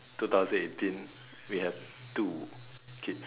two thousand eighteen we have two kids